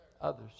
Others